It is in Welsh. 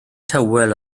tywel